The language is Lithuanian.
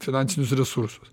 finansinius resursus